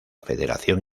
federación